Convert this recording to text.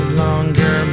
longer